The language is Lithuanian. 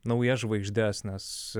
naujas žvaigždes nes